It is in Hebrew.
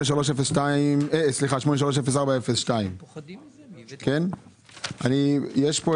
בתוכנית 83-04-02. יש כאן